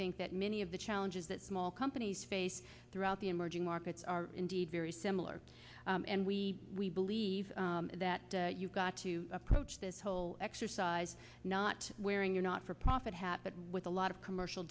think that many of the challenges that small companies face throughout the emerging markets are indeed very similar and we we believe that you've got to approach this whole exercise not wearing your not for profit hat but with a lot of commercial